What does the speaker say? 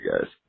guys